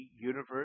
universe